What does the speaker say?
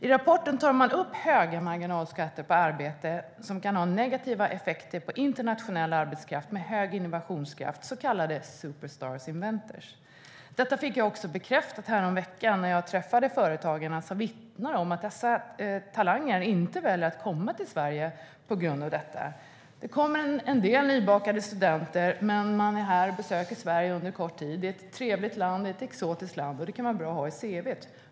I rapporten tar man upp höga marginalskatter på arbete, som kan ha negativa effekter på internationell arbetskraft med hög innovationskraft, så kallade superstar inventors. Detta fick jag bekräftat häromveckan när jag träffade företagare som vittnar om att dessa talanger väljer att inte komma till Sverige på grund av detta. Det kommer en del nybakade studenter, men de besöker Sverige under en kort tid. Det är ett trevligt och exotiskt land som kan vara bra att ha i sitt cv.